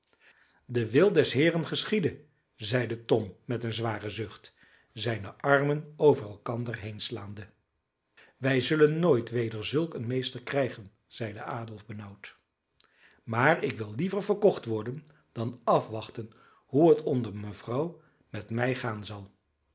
de wil des heeren geschiede zeide tom met een zwaren zucht zijne armen over elkander heenslaande wij zullen nooit weder zulk een meester krijgen zeide adolf benauwd maar ik wil liever verkocht worden dan afwachten hoe het onder mevrouw met mij gaan zal